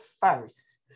first